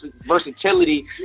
versatility